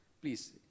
please